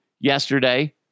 yesterday